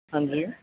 ہاں جی